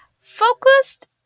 focused